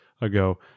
ago